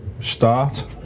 start